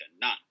None